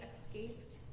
escaped